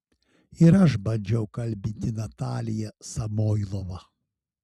ir aš bandžiau kalbinti nataliją samoilovą